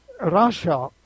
Russia